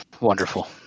wonderful